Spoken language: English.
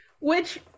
Which-